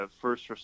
first